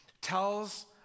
tells